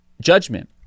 judgment